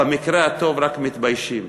במקרה הטוב רק מתביישים,